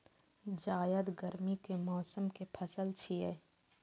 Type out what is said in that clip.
जायद गर्मी के मौसम के पसल छियै